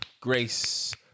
Grace